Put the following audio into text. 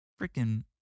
Freaking